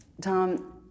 Tom